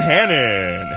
Hannon